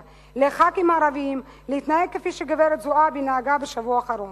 לח"כים ערבים להתנהג כפי שגברת זועבי נהגה בשבוע האחרון.